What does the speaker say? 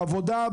בעבודה,